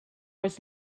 was